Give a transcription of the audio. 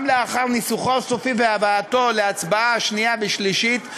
גם לאחר ניסוחו הסופי והבאתו להצבעה בקריאה שנייה ושלישית,